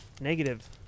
negative